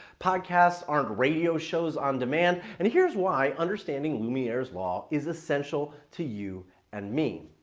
podcasts aren't radio shows on demand. and here's why understanding lumiere's law is essential to you and me.